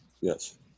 Yes